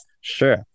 sure